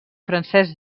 francesc